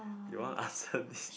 you want answer this